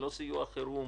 זה לא סיוע חירום,